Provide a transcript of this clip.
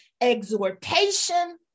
exhortation